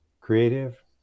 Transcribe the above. creative